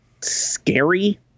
scary